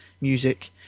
music